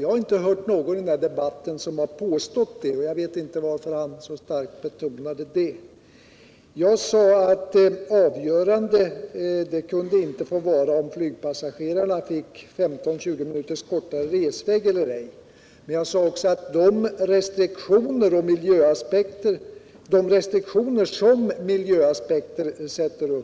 Jag har inte hört att någon här i debatten har påstått detta. Jag vet inte varför Bo Turesson har så starkt betonat det. Jag sade att det avgörande inte kan få vara om flygpassagerarna får 15-20 minuters kortare resväg eller ej, och jag sade att de restriktioner som miljöaspekterna